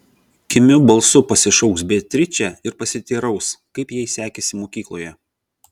kimiu balsu pasišauks beatričę ir pasiteiraus kaip jai sekėsi mokykloje